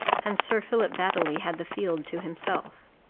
and sir philip baddely had the field to himself.